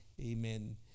amen